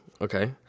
okay